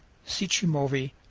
sichumovi,